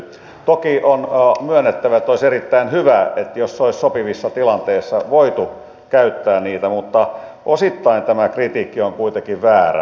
toki on myönnettävä että olisi erittäin hyvä jos olisi sopivissa tilanteissa voitu käyttää niitä mutta osittain tämä kritiikki on kuitenkin väärä